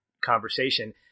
conversation